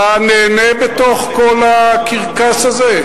אתה נהנה בתוך כל הקרקס הזה?